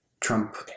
Trump